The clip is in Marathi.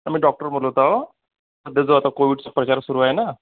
आम्ही डॉक्टर बोलत आहो तेच आता कोव्हिडचा प्रकार सुरू आहे ना